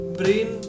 brain